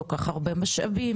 כל כך הרבה משאבים,